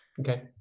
Okay